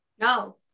No